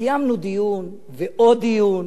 קיימנו דיון ועוד דיון,